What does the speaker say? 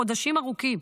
חודשים ארוכים.